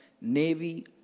navy